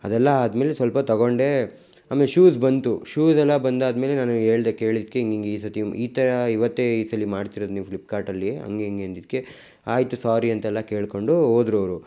ಅದೆಲ್ಲ ಆದ ಮೇಲೆ ಸ್ವಲ್ಪ ತಗೊಂಡೆ ಆಮೇಲ್ ಶೂಸ್ ಬಂತು ಶೂಸೆಲ್ಲ ಬಂದಾದ ಮೇಲೆ ನಾನು ಹೇಳ್ದೆ ಕೇಳಿದ್ದಕ್ಕೆ ಹಿಂಗಿಂಗ್ ಈ ಸರ್ತಿ ಈ ಥರ ಇವತ್ತೇ ಈ ಸಲ ಮಾಡ್ತಿರೋದು ನೀವು ಫ್ಲಿಪ್ಕಾರ್ಟ್ಲ್ಲೀ ಹಂಗೆ ಹಿಂಗೆ ಅಂದಿದ್ದಕ್ಕೆ ಆಯಿತು ಸಾರಿ ಅಂತೆಲ್ಲ ಕೇಳ್ಕೊಂಡು ಹೋದ್ರು ಅವರು